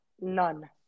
none